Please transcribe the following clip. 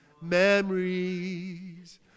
Memories